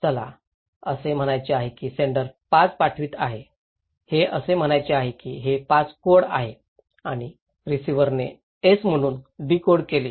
चला असे म्हणायचे आहे की सेण्डर 5 पाठवित आहे हे असे म्हणायचे आहे की हे 5 कोड आहे आणि रिसिव्हरने एस म्हणून डीकोड केले